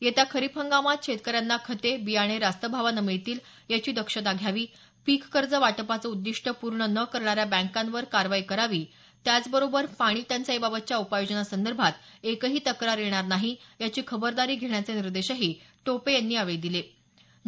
येत्या खरीप हंगामात शेतकऱ्यांना खते बियाणे रास्तभावानं मिळतील याची दक्षता घ्यावी पीककर्ज वाटपाचं उद्दिष्ट पूर्ण न करणाऱ्या बँकावर कारवाई करावी त्याचबरोबर पाणी टंचाईबाबतच्या उपाययोजनांसंदर्भात एकही तक्रार येणार नाही याची खबरदारी घेण्याचे निर्देशही टोपे यांनी यावेळी संबंधित अधिकाऱ्यांना दिले